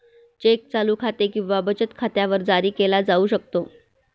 check चालू खाते किंवा बचत खात्यावर जारी केला जाऊ शकतो